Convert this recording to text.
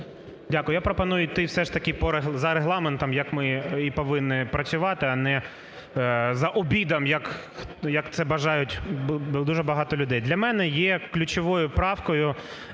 Дякую. Я пропоную йти все ж таки за Регламентом, як ми і повинні працювати, а не "за обідом", як це бажають дуже багато людей. Для мене є ключовою правкою